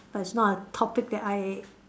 but it's not a topic that I